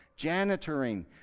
janitoring